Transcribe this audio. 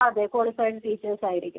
അതെ qualified teachers ആയിരിക്കും